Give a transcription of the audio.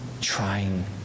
trying